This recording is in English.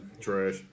Trash